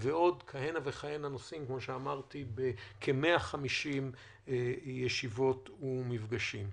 ועוד כהנה וכהנה נושאים, כ-150 ישיבות ומפגשים,